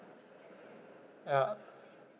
ya